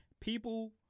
People